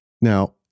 Now